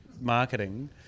marketing